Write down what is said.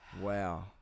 Wow